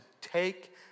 take